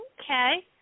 Okay